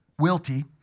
wilty